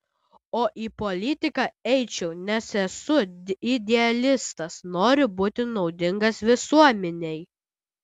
o į politiką eičiau nes esu idealistas noriu būti naudingas visuomenei